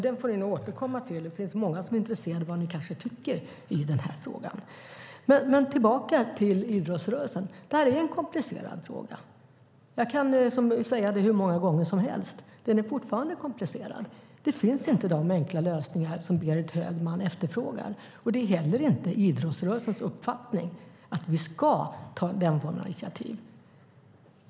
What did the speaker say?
Det får vi dock återkomma till; det finns många som är intresserade av vad ni tycker i denna fråga. Tillbaka till idrottsrörelsen. Detta är en komplicerad fråga. Jag kan säga det hur många gånger som helst; den är fortfarande komplicerad. Det finns inte de enkla lösningar Berit Högman efterfrågar, och det är heller inte idrottsrörelsens uppfattning att vi ska ta den formen av initiativ.